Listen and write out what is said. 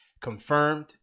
confirmed